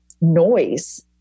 noise